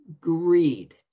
greed